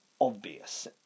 obvious